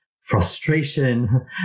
frustration